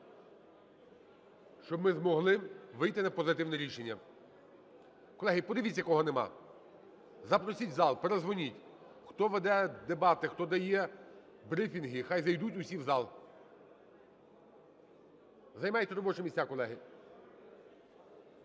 щоб ми змогли вийти на позитивне рішення. Колеги, подивіться, кого нема, запросіть в зал, передзвоніть, хто веде дебати, хто дає брифінги, нехай зайдуть всі в зал. Займайте робочі місця, колеги.